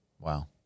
Wow